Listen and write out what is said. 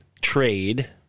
trade